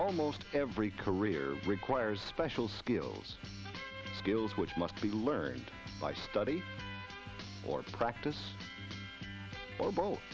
almost every career requires special skills skills which must be learned by study or practice or both